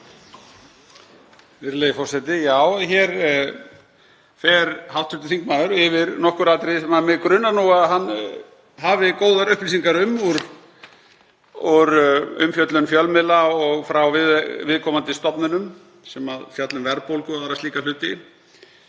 Virðulegi forseti. Hér fer hv. þingmaður yfir nokkur atriði sem mig grunar nú að hann hafi góðar upplýsingar um úr umfjöllun fjölmiðla og frá viðkomandi stofnunum sem fjalla um verðbólgu og aðra slíka hluti.